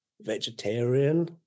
vegetarian